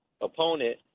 opponent